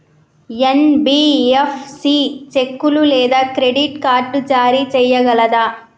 NBFC చెక్కులు లేదా credit card జారీ చేయగలదా?